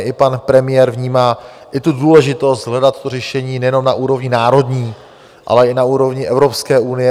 I pan premiér vnímá důležitost hledat to řešení nejenom na úrovni národní, ale i na úrovni Evropské unie.